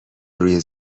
روی